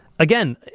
Again